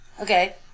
Okay